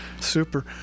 Super